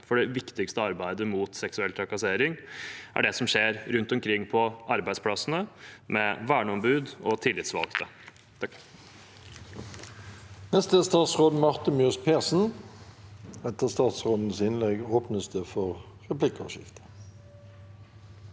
for det viktigste arbeidet mot seksuell trakassering er det som skjer rundt omkring på arbeidsplassene, med verneombud og tillitsvalgte.